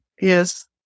Yes